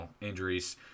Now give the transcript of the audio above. injuries